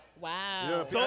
Wow